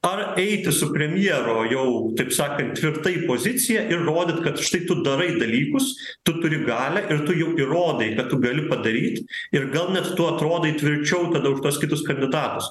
ar eiti su premjero jau taip sakant tvirtai pozicija ir rodyt kad štai tu darai dalykus tu turi galią ir tu jau įrodai kad gali padaryt ir gal net tu atrodai tvirčiau tada už tuos kitus kandidatus